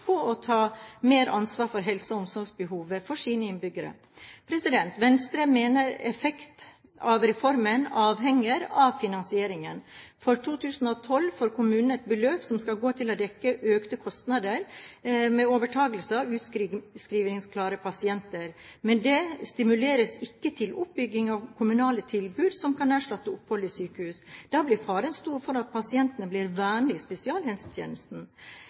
på å ta mer ansvar for helse- og omsorgsbehovet for sine innbyggere. Venstre mener effekt av reformen avhenger av finansieringen. For 2012 får kommunene et beløp som skal gå til å dekke økte kostnader med overtakelse av utskrivningsklare pasienter. Men det stimuleres ikke til oppbygging av kommunale tilbud som kan erstatte opphold i sykehus. Da blir faren stor for at pasientene blir værende i